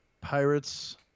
Pirates